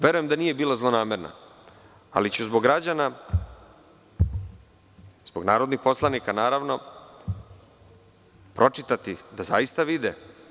Verujem da nije bila zlonamerna, ali ću zbog građana, zbog narodnih poslanika naravno, pročitati da zaista vide.